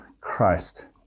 Christ